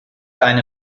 eine